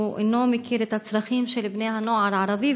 אינו מכיר את הצרכים של בני הנוער הערבי,